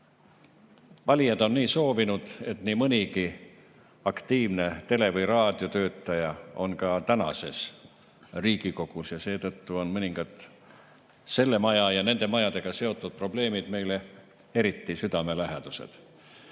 Valijad on soovinud, et nii mõnigi aktiivne tele‑ või raadiotöötaja on ka tänases Riigikogus. Mõningad selle maja või nende majadega seotud probleemid on meile eriti südamelähedased.